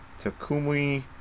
Takumi